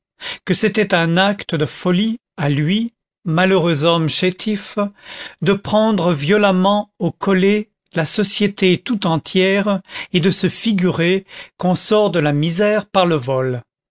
que c'était un acte de folie à lui malheureux homme chétif de prendre violemment au collet la société tout entière et de se figurer qu'on sort de la misère par le vol